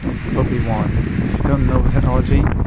but be warned, if you don't know the technology,